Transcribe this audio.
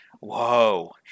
Whoa